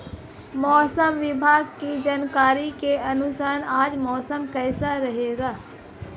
मौसम विभाग की जानकारी के अनुसार आज मौसम कैसा रहेगा?